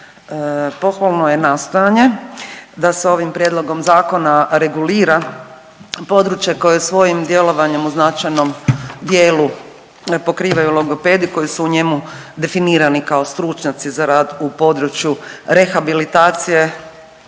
Pohvalno je nastojanje da se ovim prijedlogom zakona regulira područje koje je svojim djelovanjem u značajnom dijelu pokrivaju logopedi koji su u njemu definirani kao stručnjaci za rad u području rehabilitacije,